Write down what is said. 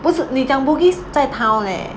不是你讲 bugis 在 town leh